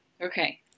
Okay